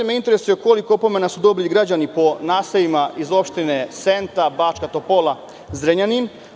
Interesuje me koliko opomena su dobili građani po naseljima iz opština Senta, Bačka Topola, Zrenjanin?